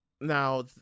now